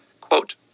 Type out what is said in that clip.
quote